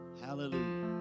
Hallelujah